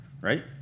right